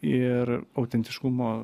ir autentiškumo